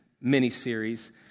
mini-series